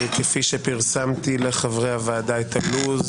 כפי שפרסמתי לחברי הוועדה את הלו"ז